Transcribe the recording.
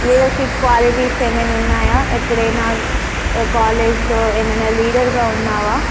leadership qualities ఏమైనా ఉన్నాయా ఎప్పుడైనా కాలేజ్లో ఏమైనా లీడర్గా ఉన్నావా